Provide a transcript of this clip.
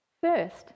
first